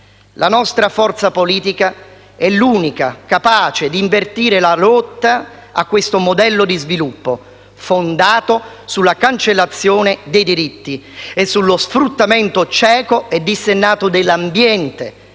La nostra forza politica è l'unica capace di invertire la rotta a questo modello di sviluppo, fondato sulla cancellazione dei diritti e sullo sfruttamento cieco e dissennato dell'ambiente,